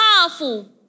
powerful